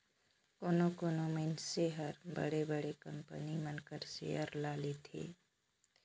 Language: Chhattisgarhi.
कोनो कोनो मइनसे हर बड़े बड़े कंपनी मन कर सेयर ल लेथे